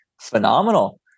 phenomenal